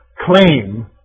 claim